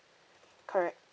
correct yup